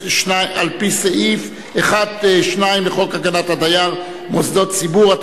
סעיף 1(2) לחוק הגנת הדייר (מוסדות ציבור),